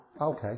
Okay